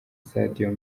sadio